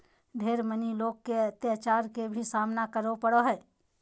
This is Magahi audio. ढेर मनी लोग के अत्याचार के भी सामना करे पड़ो हय